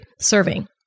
serving